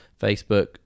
Facebook